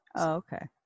Okay